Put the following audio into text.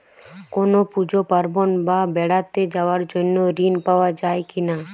কোনো পুজো পার্বণ বা বেড়াতে যাওয়ার জন্য ঋণ পাওয়া যায় কিনা?